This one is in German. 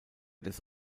des